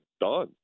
done